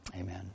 Amen